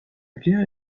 guerre